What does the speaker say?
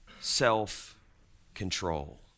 Self-control